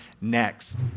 next